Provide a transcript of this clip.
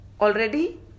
already